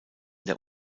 der